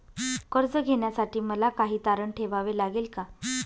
कर्ज घेण्यासाठी मला काही तारण ठेवावे लागेल का?